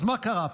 אז מה קרה פה?